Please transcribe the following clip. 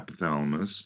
hypothalamus